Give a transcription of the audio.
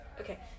Okay